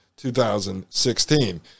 2016